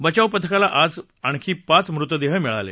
बचावपथकाला आज आणखी पाच मृतदेह मिळाले